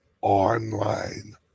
online